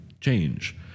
change